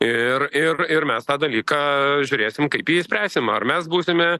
ir ir ir mes tą dalyką žiūrėsim kaip jį išspręsim ar mes būsime